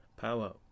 power